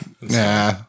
Nah